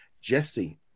Jesse